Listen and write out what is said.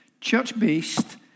church-based